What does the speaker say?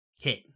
Hit